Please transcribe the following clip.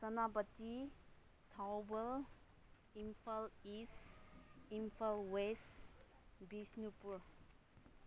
Senapati Thoubal Imphal East Imphal West Bishnupur